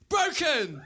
Broken